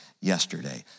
yesterday